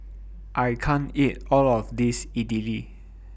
I can't eat All of This Idili